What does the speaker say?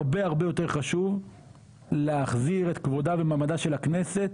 הרבה הרבה יותר חשוב להחזיר את כבודה ומעמדה של הכנסת,